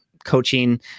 coaching